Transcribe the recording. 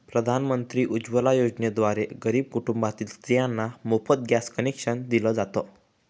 प्रधानमंत्री उज्वला योजनेद्वारे गरीब कुटुंबातील स्त्रियांना मोफत गॅस कनेक्शन दिल जात